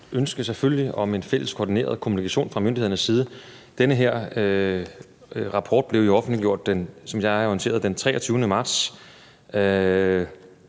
ønske, selvfølgelig, om en fælles koordineret kommunikation fra myndighedernes side. Den her rapport blev jo offentliggjort – som